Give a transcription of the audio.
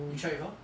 you try before